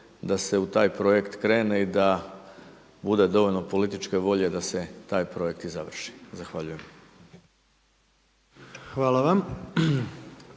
da se u taj projekt krene i da bude dovoljno političke volje da se taj projekt i završi. Zahvaljujem.